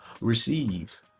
receive